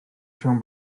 się